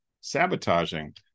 sabotaging